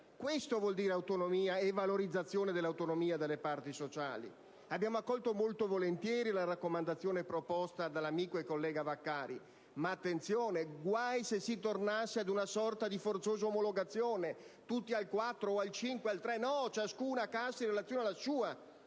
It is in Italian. questo vuol dire autonomia e valorizzazione dell'autonomia delle parti sociali! Abbiamo accolto molto volentieri la raccomandazione proposta dall'amico e collega Vaccari. Ma attenzione: guai se si tornasse a una sorta di forzosa omologazione: tutti al 4, al 5 o al 3. No, ciascuna cassa in relazione alla sua